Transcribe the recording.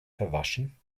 verwaschen